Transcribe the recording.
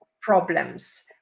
problems